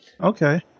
Okay